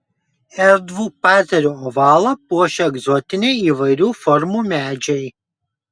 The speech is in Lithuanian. erdvų parterio ovalą puošia egzotiniai įvairių formų medžiai